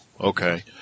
okay